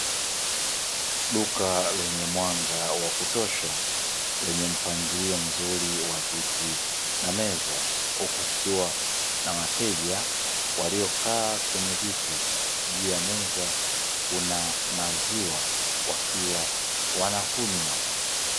Duka lenye mwanga wa kutosha lenye mpangilio mzuri wa viti na meza, huku kukiwa na wateja waliokaa kwenye viti juu ya meza kuna maziwa wakiwa wanakunywa.